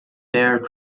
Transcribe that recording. bear